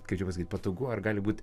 kaip čia pasakyt patogu ar gali būt